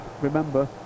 Remember